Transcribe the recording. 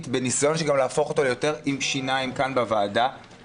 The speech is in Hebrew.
בניסיון להפוך אותה לחוק עם יותר שיניים בוועדה,